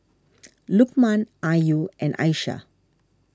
Lukman Ayu and Aishah